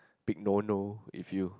big no no if you